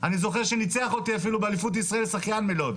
אני זוכר שניצח אותי אפילו באליפות ישראל שחיין מלוד.